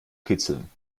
kitzeln